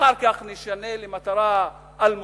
אחר כך נשנה למטרה אלמונית,